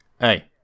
Hey